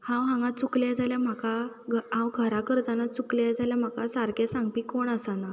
हांव हांगां चुकलें जाल्या म्हाका घ हांव घरा करताना चुकलें जाल्या म्हाका सारकें सांगपी कोण आसना